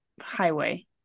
highway